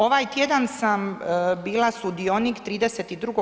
Ovaj tjedan sam bila sudionik 32.